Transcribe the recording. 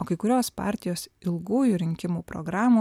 o kai kurios partijos ilgųjų rinkimų programų